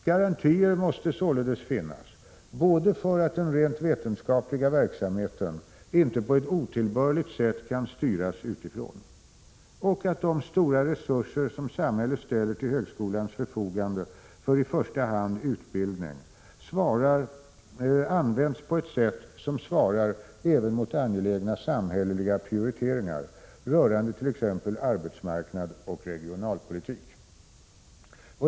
Garantier måste således finnas både för att den rent vetenskapliga verksamheten inte på ett otillbörligt sätt kan styras utifrån och för att de stora resurser som samhället ställer till högskolans förfogande för i första hand utbildning används på ett sätt som svarar även mot angelägna samhälleliga prioriteringar, rörande t.ex. arbetsmarknad och regionalpolitik.